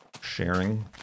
Sharing